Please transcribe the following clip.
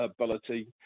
ability